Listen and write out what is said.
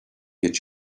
get